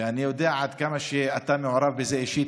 ואני יודע עד כמה אתה מעורב בזה אישית,